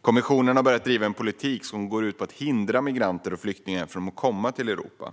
Kommissionen har börjat driva en politik som går ut på att hindra migranter och flyktingar från att komma till Europa.